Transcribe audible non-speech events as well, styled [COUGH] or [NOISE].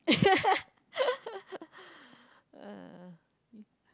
[LAUGHS] uh you